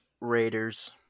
Raiders